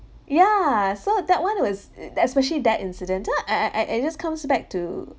ya so that one is ugh that especially that incident I I I it just comes back to